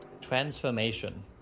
Transformation